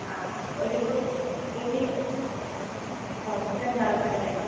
ആ ഒരു ഒരു തൗസൻഡ് ആൾക്കാരുണ്ടാവും